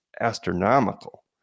astronomical